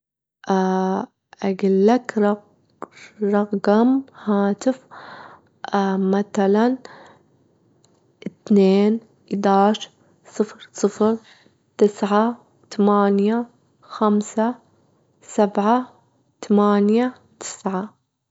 أجيلك رقم- رقم هاتف متلًا؛ اتنين إداش، صفر، صفر، تسعة، تمانية، خمسة، سبعة، تمانية، تسعة.